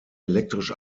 elektrisch